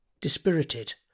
dispirited